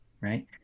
right